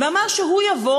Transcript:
ואמר שהוא יבוא